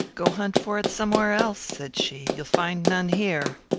go hunt for it somewhere else, said she you'll find none here.